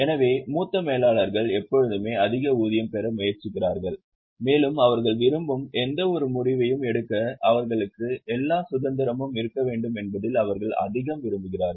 எனவே மூத்த மேலாளர்கள் எப்போதுமே அதிக ஊதியம் பெற முயற்சிக்கிறார்கள் மேலும் அவர்கள் விரும்பும் எந்தவொரு முடிவையும் எடுக்க அவர்களுக்கு எல்லா சுதந்திரமும் இருக்க வேண்டும் என்பதில் அவர்கள் அதிகம் விரும்புகிறார்கள்